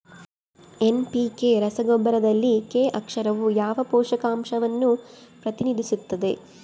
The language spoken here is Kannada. ಎನ್.ಪಿ.ಕೆ ರಸಗೊಬ್ಬರದಲ್ಲಿ ಕೆ ಅಕ್ಷರವು ಯಾವ ಪೋಷಕಾಂಶವನ್ನು ಪ್ರತಿನಿಧಿಸುತ್ತದೆ?